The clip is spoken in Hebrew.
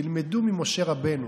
תלמדו ממשה רבנו.